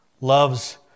loves